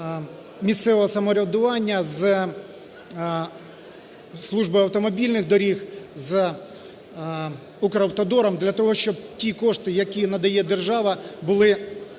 місцевого самоврядування з службою автомобільних доріг, з Укравтодором для того, щоб ті кошти, які надає держава, були